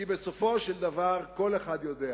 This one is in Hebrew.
כי בסופו של דבר כל אחד יודע,